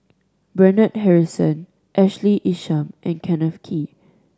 Bernard Harrison Ashley Isham and Kenneth Kee